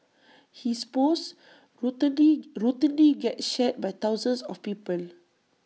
his posts routinely routinely get shared by thousands of people